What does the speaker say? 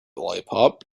lollipop